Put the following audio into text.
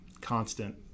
constant